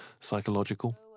psychological